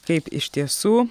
kaip iš tiesų